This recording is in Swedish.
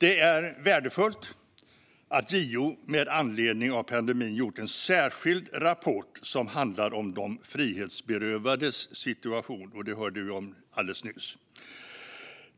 Det är värdefullt att JO med anledning av pandemin gjort en särskild rapport som handlar om de frihetsberövades situation. Det hörde vi om alldeles nyss.